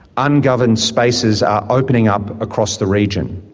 ungoverned spaces are opening up across the region.